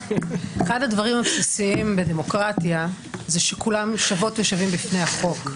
הדברים הבסיסיים בדמוקרטיה זה שכולם שוות ושווים בפני החוק.